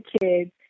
kids